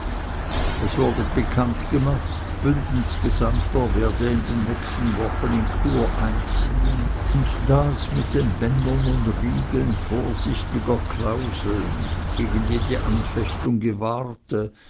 es wurde bekanntgemacht bündens gesandter werde in den nächsten wochen in chur einziehen und das mit den bändern und riegeln vorsichtiger klauseln gegen jede anfechtung gewahrte